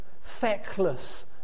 feckless